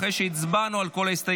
אחרי שהצבענו על כל ההסתייגויות,